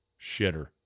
shitter